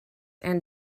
and